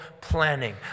planning